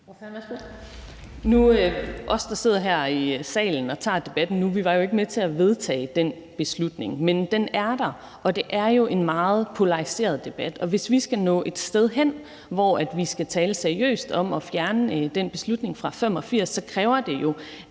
får så gode